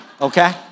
okay